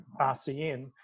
RCN